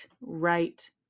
right